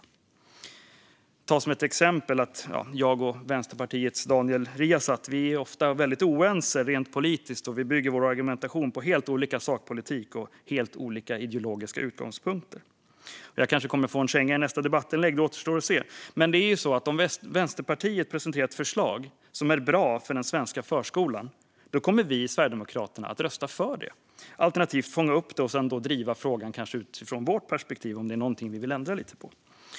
Jag kan ta som ett exempel att jag och Vänsterpartiets Daniel Riazat ofta är oense rent politiskt och att vi bygger vår argumentation på helt olika sakpolitik och helt olika ideologiska utgångspunkter. Jag kanske kommer att få en känga i nästa debattinlägg - det återstår att se - men om Vänsterpartiet presenterar ett förslag som är bra för den svenska förskolan, då kommer vi i Sverigedemokraterna att rösta för det, alternativt att fånga upp frågan och driva den utifrån vårt perspektiv om det är någonting vi vill ändra lite på.